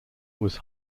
was